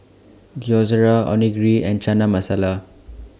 Gyoza Onigiri and Chana Masala